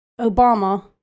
Obama